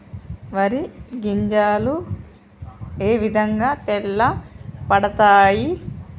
వరి గింజలు ఏ విధంగా తెల్ల పడతాయి?